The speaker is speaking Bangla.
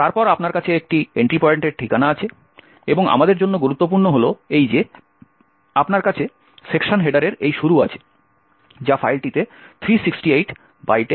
তারপর আপনার কাছে এন্ট্রি পয়েন্টের ঠিকানা আছে এবং আমাদের জন্য গুরুত্বপূর্ণ হল এই যে আপনার কাছে সেকশন হেডারের এই শুরু আছে যা ফাইলটিতে 368 বাইটের অফসেট